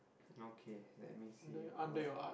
okay let me see you what